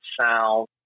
sound